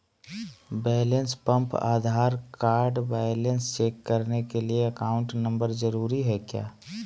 Balance pump Aadhaar card balance check करने के लिए अकाउंट नंबर जरूरी है क्या?